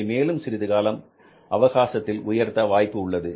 இதை மேலும் சிறிது கால அவகாசத்தில் உயர்த்த வாய்ப்பு உள்ளது